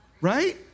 Right